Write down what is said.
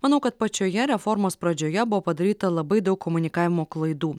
manau kad pačioje reformos pradžioje buvo padaryta labai daug komunikavimo klaidų